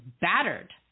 battered